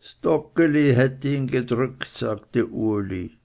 ds toggeli hätte ihn gedrückt sagte uli